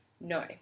No